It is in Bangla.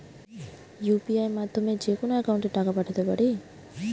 ইউ.পি.আই মাধ্যমে যেকোনো একাউন্টে টাকা পাঠাতে পারি?